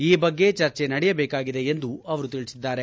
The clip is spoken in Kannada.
ಈ ಬಗ್ಗೆ ಚರ್ಚೆ ನಡೆಯಬೇಕಾಗಿದೆ ಎಂದು ಅವರು ತಿಳಿಬಿದ್ದಾರೆ